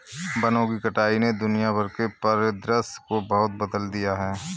वनों की कटाई ने दुनिया भर के परिदृश्य को बहुत बदल दिया है